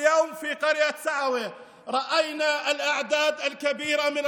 היום בכפר סעווה ראינו את המספרים הגדולים של